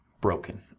broken